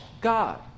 God